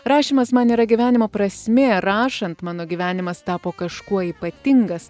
rašymas man yra gyvenimo prasmė rašant mano gyvenimas tapo kažkuo ypatingas